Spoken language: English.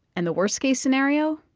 and the worst-case scenario.